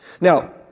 Now